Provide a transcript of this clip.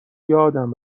یادم